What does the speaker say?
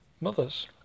Mothers